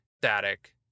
Static